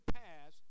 pass